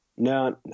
No